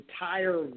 entire